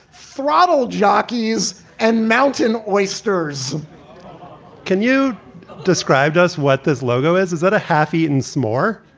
throttle jockeys and mountain oysters can you describe to us what this logo is? is it a half eaten s'more?